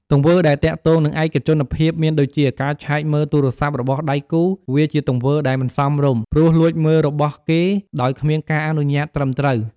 ទង្វើដែលទាក់ទងនឹងឯកជនភាពមានដូចជា ការឆែកមើលទូរស័ព្ទរបស់ដៃគូរ វាជាទង្វើដែលមិនសមរម្យ ព្រោះលួចមើលរបស់គេដោយគ្មានការអនុញ្ញាតត្រឹមត្រូវ។